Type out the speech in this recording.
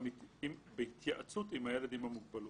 גם בהתייעצות עם הילד עם המוגבלות.